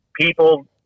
people